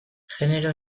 genero